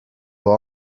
have